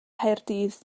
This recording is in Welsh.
nghaerdydd